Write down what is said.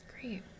great